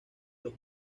los